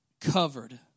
covered